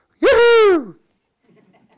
Yoo-hoo